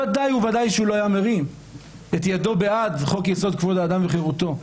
ודאי וודאי הוא לא היה מרים את ידו בעד חוק יסוד: כבוד האדם וחירותו.